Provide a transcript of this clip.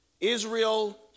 Israel